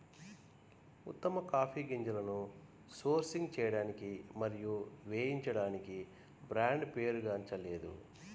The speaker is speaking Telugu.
ఉత్తమ కాఫీ గింజలను సోర్సింగ్ చేయడానికి మరియు వేయించడానికి బ్రాండ్ పేరుగాంచలేదు